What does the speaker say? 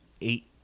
eight